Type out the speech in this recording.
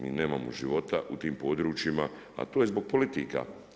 Mi nemamo života u tim područjima a to je zbog politika.